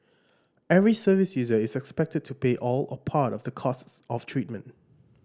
every service user is expected to pay all or part of the costs of treatment